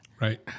Right